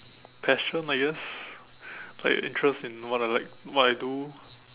passion I guess like interest in what I like what I do